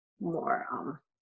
more